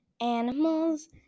Animals